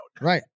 Right